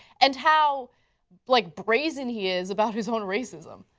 and how but like brazen he is about his own racism.